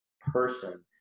person